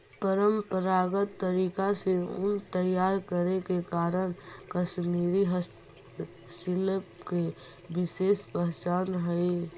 परम्परागत तरीका से ऊन तैयार करे के कारण कश्मीरी हस्तशिल्प के विशेष पहचान हइ